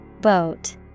Boat